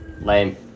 Lame